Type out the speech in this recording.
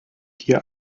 hier